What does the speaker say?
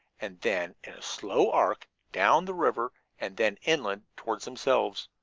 and then, in a slow arc, down the river and then inland toward themselves.